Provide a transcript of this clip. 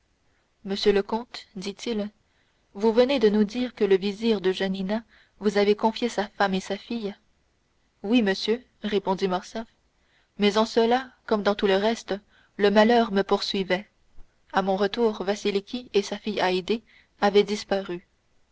monsieur le comte dit-il vous venez de nous dire que le vizir de janina vous avait confié sa femme et sa fille oui monsieur répondit morcerf mais en cela comme dans tout le reste le malheur me poursuivait à mon retour vasiliki et sa fille haydée avaient disparu